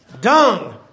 dung